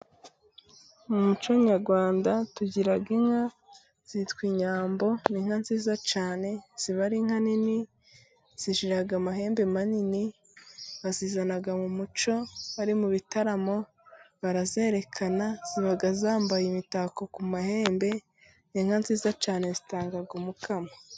Mu muco nyarwanda tugira inka zitwa inyambo, ni inka nziza cyane ziba ari inka nini zijyira amahembe manini, bazizana mu muco bari mu bitaramo barazerekana, ziba zambaye imitako ku mahembe, inka nziza cyane zitanga umukamo.